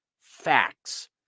facts